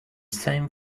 same